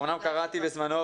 אמנם קראתי בזמנו,